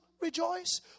rejoice